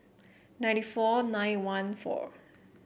ninety four nine one four